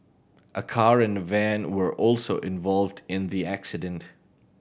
a car and a van were also involved in the accident